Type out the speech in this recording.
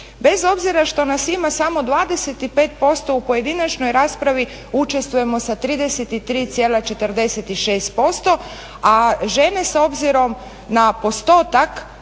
bez obzira što nas ima samo 25% u pojedinačnoj raspravi učestvujemo sa 33,46%, a žene s obzirom na postotak